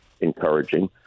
encouraging